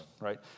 right